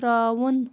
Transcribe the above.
ترٛاوُن